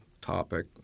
topic